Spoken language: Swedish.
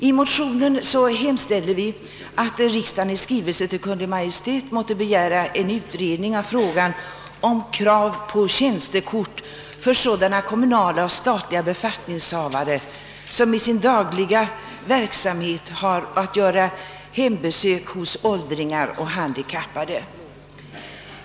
I motionen hemställer vi att riksdagen i skrivelse till Kungl. Maj:t måtte begära en utredning av frågan om krav på tjänstekort för sådana kommunala och statliga befattningshavare som i sin dagliga verksamhet har att göra hembesök hos åldringar och handikappade.